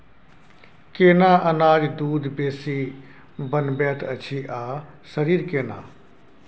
केना अनाज दूध बेसी बनबैत अछि आ शरीर केना?